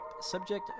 subject